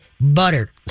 butter